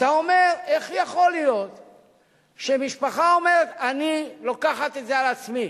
ואתה אומר: איך יכול להיות שמשפחה אומרת: אני לוקחת את זה על עצמי?